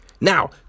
Now